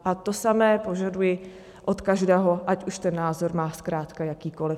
A to samé požaduji od každého, ať už ten názor má zkrátka jakýkoliv.